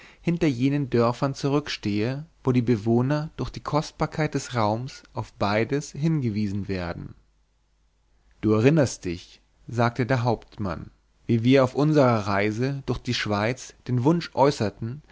hinter jenen dörfern zurückstehe wo die bewohner durch die kostbarkeit des raums auf beides hingewiesen werden du erinnerst dich sagte der hauptmann wie wir auf unserer reise durch die schweiz den wunsch äußerten